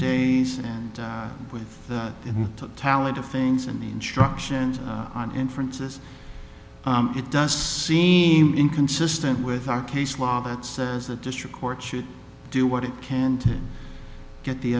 days and with the talent of things and instructions on inferences it does seem inconsistent with our case law that says that district court should do what it can to get the